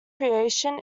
creation